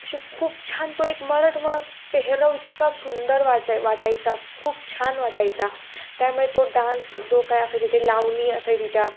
असे खूप छान तो एक मराठमोळा पेहराव इतका सुंदर वाचाय वाटायचा खूप छान वाटायचा त्यामुळे तो डान्स जो काय असायचा ते लावणी असायची त्या